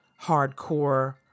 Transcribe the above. hardcore